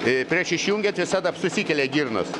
prieš išjungiant visada susikelia girnos